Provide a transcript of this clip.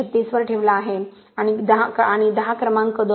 36 वर ठेवला आहे आणि 10 क्रमांक 2